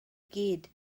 gyd